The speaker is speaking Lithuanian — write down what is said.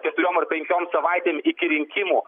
keturiom ar penkiom savaitėm iki rinkimų